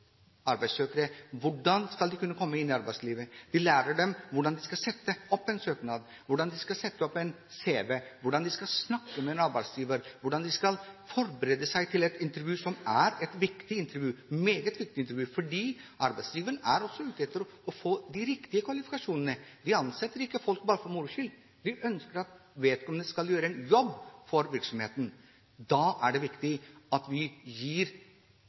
dem hvordan de skal sette opp en søknad, hvordan de skal sette opp en cv, hvordan de skal snakke med en arbeidsgiver, hvordan de skal forberede seg til et intervju, som er et meget viktig intervju fordi arbeidsgiveren også er ute etter å få de riktige kvalifikasjonene. De ansetter ikke folk bare for moro skyld, de ønsker at vedkommende skal gjøre en jobb for virksomheten. Da er det viktig at vi gir